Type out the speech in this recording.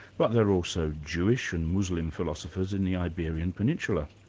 but there were also jewish and muslim philosophers in the iberian peninsula.